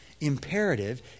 Imperative